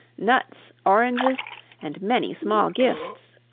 nuts, oranges and many small gifts.